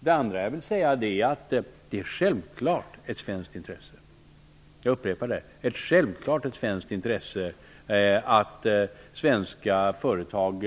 Det andra jag vill säga är att det självfallet är av svenskt intresse att svenska företag